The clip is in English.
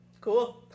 cool